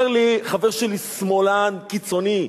אומר לי: חבר שלי שמאלן קיצוני,